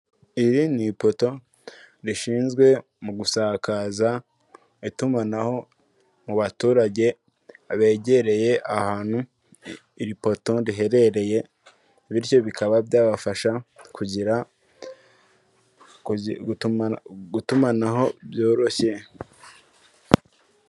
Iri ni ipoto, rishinzwe mu gusakaza itumanaho mu baturage, begereye ahantu iri poto riherereye, bityo bikaba byabafasha kugira, gutuma gutumanaho byoroshye.